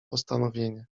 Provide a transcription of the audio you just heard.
postanowienie